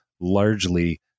largely